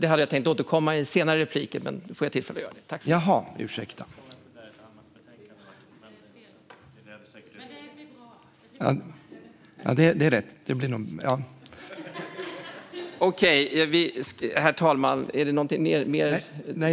Det hade jag tänkt återkomma till i senare repliker, men nu fick jag tillfälle att göra det. Herr talman! Är det någonting mer